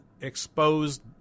exposed